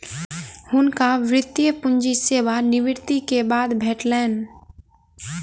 हुनका वृति पूंजी सेवा निवृति के बाद भेटलैन